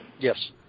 Yes